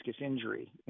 injury